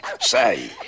Say